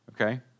okay